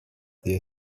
their